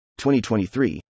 2023